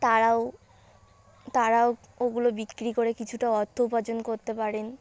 তারাও তারাও ওগুলো বিক্রি করে কিছুটা অর্থ উপার্জন করতে পারেন